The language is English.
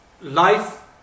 life